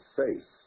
faith